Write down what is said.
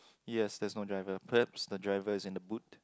yes there's no driver perhaps the driver is in the boot